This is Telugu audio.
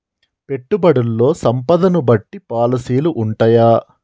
పెట్టుబడుల్లో సంపదను బట్టి పాలసీలు ఉంటయా?